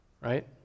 right